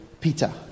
Peter